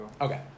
Okay